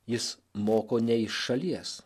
jis moko ne iš šalies